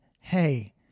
Hey